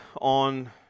on